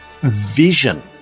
vision